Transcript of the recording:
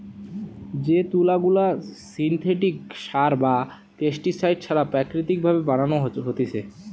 যে তুলা গুলা সিনথেটিক সার বা পেস্টিসাইড ছাড়া প্রাকৃতিক ভাবে বানানো হতিছে